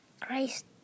Christ